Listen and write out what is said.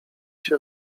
się